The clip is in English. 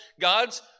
God's